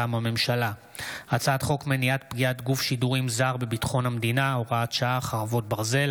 הצעת חוק מענק יובל לעובדי הוראה עולים,